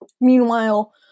meanwhile